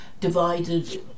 divided